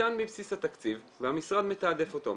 ניתן מבסיס התקציב והמשרד מתעדף אותו.